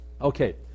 Okay